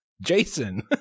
Jason